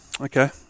Okay